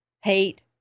hate